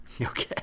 Okay